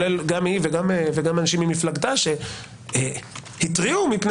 גם היא וגם אנשים ממפלגתה שהתריעו מפני